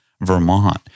Vermont